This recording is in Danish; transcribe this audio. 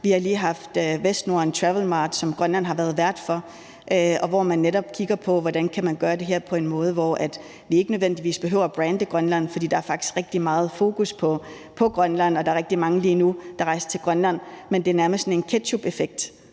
Vi har lige haft Vestnorden Travel Mart, som Grønland har været vært for, hvor man netop kigger på, hvordan man kan gøre det her på en måde, hvor vi ikke nødvendigvis behøver at brande Grønland, for der er faktisk rigtig meget fokus på Grønland. Der er rigtig mange lige nu, der rejser til Grønland, men det er nærmest sådan en ketchupeffekt.